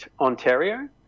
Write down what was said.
Ontario